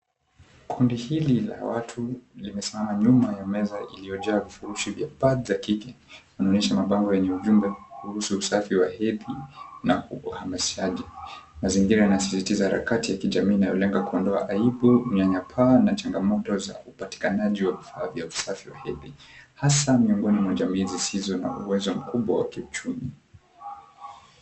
Kundi hili la watu limesimama nyuma ya meza iliyojaa vifurushi vya pads za kike. Linaonyesha mabango yenye ujumbe kuhusu usafi wa hedhi na uhamasishaji. Mazingira yanasisitiza harakati ya kijamii inayolenga kuondoa aibu, unyanyapaa, na changamoto za upatikanaji wa vifaa vya hedhi hasa miongoni mwa jamii zisizo na uwezo mkubwa wa uchumi.